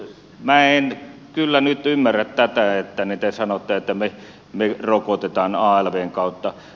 minä en kyllä nyt ymmärrä tätä kun te sanotte että me rokotamme alvn kautta